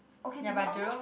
okay to be honest